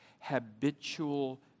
habitual